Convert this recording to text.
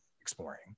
exploring